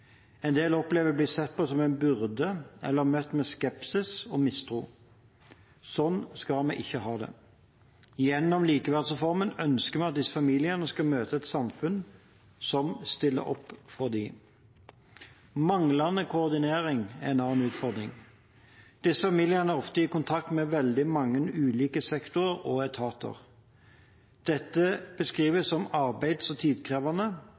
En del opplever å bli sett på som en byrde eller møtt med skepsis og mistro. Slik skal vi ikke ha det. Gjennom likeverdsreformen ønsker vi at disse familiene skal møte et samfunn som stiller opp for dem. Manglende koordinering er en annen utfordring. Disse familiene er ofte i kontakt med veldig mange ulike sektorer og etater. Dette beskrives som arbeids- og tidkrevende,